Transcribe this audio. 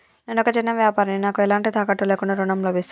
నేను ఒక చిన్న వ్యాపారిని నాకు ఎలాంటి తాకట్టు లేకుండా ఋణం లభిస్తదా?